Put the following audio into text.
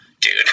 dude